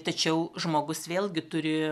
tačiau žmogus vėlgi turi